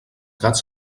gats